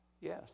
Yes